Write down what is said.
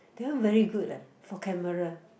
that one very good leh for camera